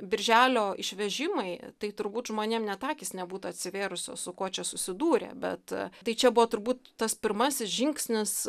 birželio išvežimai tai turbūt žmonėms net akys nebūtų atsivėrusios su kuo čia susidūrė bet tai čia buvo turbūt tas pirmasis žingsnis